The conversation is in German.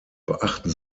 beachten